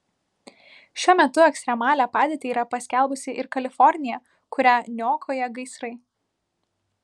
šiuo metu ekstremalią padėtį yra paskelbusi ir kalifornija kurią niokoja gaisrai